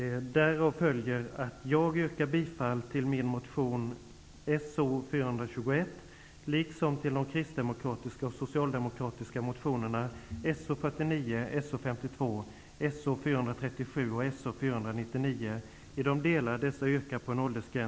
Därav följer att jag yrkar bifall till min motion